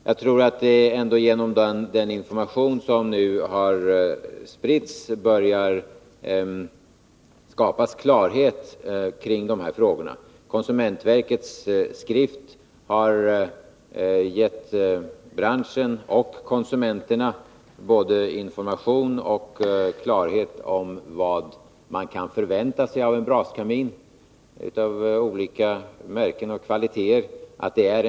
Jag tror att det genom den information som nu har spritts börjar skapas klarhet kring dessa frågor. Konsumentverkets skrift har gett branschen och konsumenterna både information och klarhet om vad man kan förvänta sig av braskaminer av olika märken och kvaliteter.